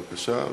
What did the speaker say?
בבקשה,